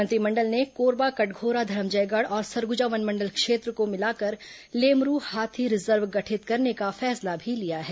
मंत्रिमंडल ने कोरबा कटघोरा धरमजयगढ़ और सरगुजा वनमंडल क्षेत्र को मिलाकर लेमरू हाथी रिजर्व गठित करने का फैसला भी लिया है